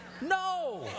No